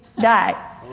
die